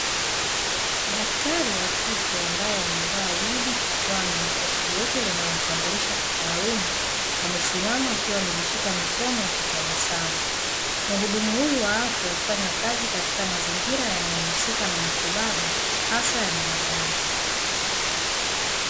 Daktari wa kike ambaye amavaa wigi kichwani na koti jeupe linalomtambulisha kitaaluma, amesimama akiwa amajishika mikono akitabasamu. Mhudumu huyu wa afya hufanya kazi katika mazingira yanayohusika na matibabu hasa ya binadamu.